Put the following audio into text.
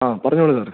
ആ പറഞ്ഞോളൂ സാറേ